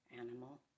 animal